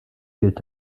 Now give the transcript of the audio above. gilt